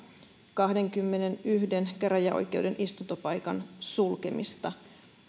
kahdenkymmenenyhden käräjäoikeuden istuntopaikan sulkemista